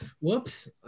Whoops